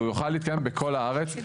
אנחנו סבורים שהוא יוכל להתקיים בכל הארץ.